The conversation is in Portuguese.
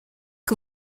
que